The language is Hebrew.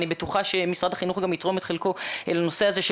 אני בטוחה שגם משרד החינוך יתרום את חלקו לנושא הזה של